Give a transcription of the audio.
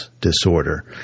disorder